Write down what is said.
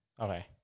Okay